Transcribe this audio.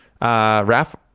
Raf